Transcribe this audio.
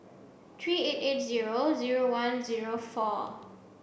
three eight eight zero zero one zero four